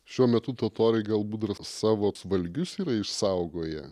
šiuo metu totoriai galbūt dar savo valgius yra išsaugoję